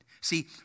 See